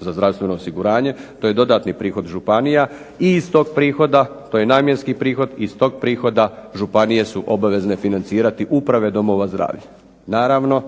za zdravstveno osiguranje. To je dodatni prihod županija i iz tog prihoda, to je namjenski prihod, iz tog prihoda županije su obvezne financirati uprave domova zdravlja. Naravno